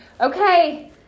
okay